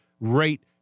rate